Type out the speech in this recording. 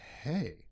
hey